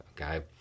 Okay